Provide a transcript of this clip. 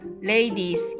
ladies